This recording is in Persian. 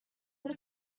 خاطر